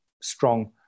strong